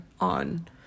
on